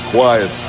Quiet